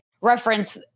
reference